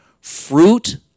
fruit